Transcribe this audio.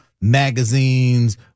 magazines